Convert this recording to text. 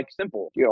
simple